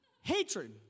Hatred